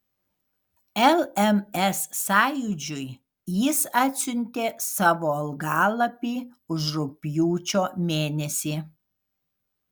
lms sąjūdžiui jis atsiuntė savo algalapį už rugpjūčio mėnesį